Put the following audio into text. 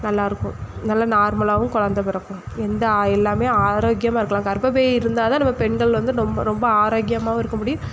நல்லாருக்கும் நல்ல நார்மலாகவும் குலந்த பிறக்கும் எந்த ஆ இல்லாமையும் ஆரோக்கியமாக இருக்கலாம் கர்பப்பை இருந்தால் தான் நம்ம பெண்கள் வந்து ரொம்ப ரொம்ப ஆரோக்கியமாகவும் இருக்கமுடியும்